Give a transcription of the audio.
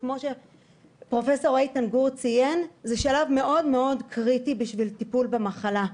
שכמו שפרופ' איתן גור ציין זה שלב מאוד קריטי בטיפול במחלה.